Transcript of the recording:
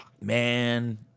Man